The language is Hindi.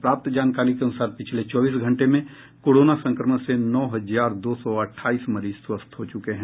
प्राप्त जानकारी के अनुसार पिछले चौबीस घंटे में कोरोना संक्रमण से नौ हजार दो सौ अट्ठाईस मरीज स्वस्थ हो चुके हैं